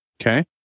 Okay